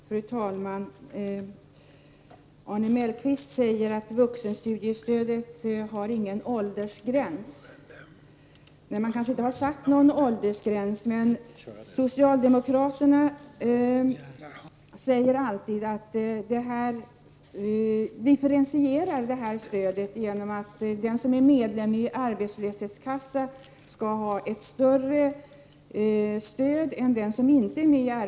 Fru talman! Arne Mellqvist säger att vuxenstudiestödet inte har någon åldersgräns. Nej, man har kanske inte satt någon åldersgräns, men socialdemokraterna säger alltid att stödet differentieras genom att den som är medlem i arbetslöshetskassa skall ha ett större stöd än den som inte är det.